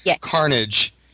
Carnage